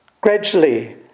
Gradually